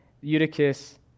Eutychus